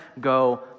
go